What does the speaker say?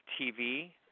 TV